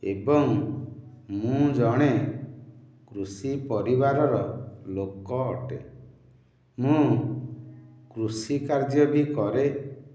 ଏବଂ ମୁଁ ଜଣେ କୃଷି ପରିବାରର ଲୋକ ଅଟେ ମୁଁ କୃଷି କାର୍ଯ୍ୟ ବି କରେ